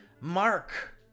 Mark